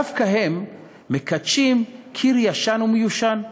דווקא הם מקדשים קיר ישן ומיושן,